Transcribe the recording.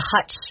Hutch